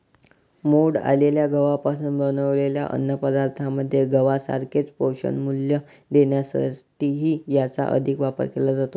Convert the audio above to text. मोड आलेल्या गव्हापासून बनवलेल्या अन्नपदार्थांमध्ये गव्हासारखेच पोषणमूल्य देण्यासाठीही याचा अधिक वापर केला जातो